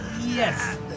Yes